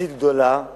גדולה יחסית,